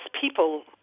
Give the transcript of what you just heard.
people